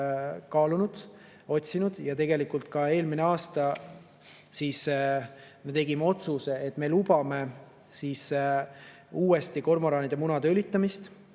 kaalunud ning otsinud ja tegelikult eelmine aasta me tegime otsuse, et me lubame uuesti kormoranide munade õlitamist.